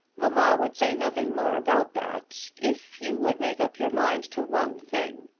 mamma would say nothing more about that if you would make up your mind to one thing.